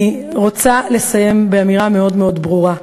אני רוצה לסיים באמירה מאוד מאוד ברורה: